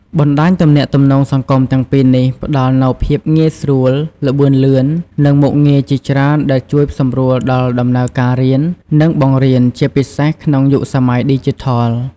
បណ្តាញទំនាក់ទំនងសង្គមទាំងពីរនេះផ្តល់នូវភាពងាយស្រួល ល្បឿនលឿន និងមុខងារជាច្រើនដែលជួយសម្រួលដល់ដំណើរការរៀន និងបង្រៀន ជាពិសេសក្នុងយុគសម័យឌីជីថល។